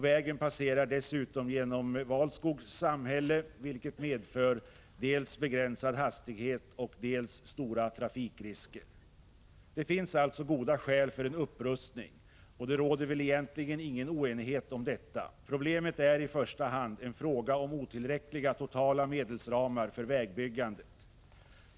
Vägen passerar dessutom genom Valskogs samhälle, vilket medför dels begränsad hastighet, dels stora trafikrisker. Det finns alltså goda skäl för en upprustning, och det råder väl egentligen ingen oenighet om detta. Problemet är i första hand en fråga om otillräckliga totala medelsramar för vägbyggandet.